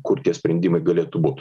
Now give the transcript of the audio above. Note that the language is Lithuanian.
kur tie sprendimai galėtų būt